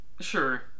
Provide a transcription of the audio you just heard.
sure